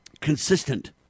consistent